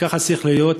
וכך צריך להיות,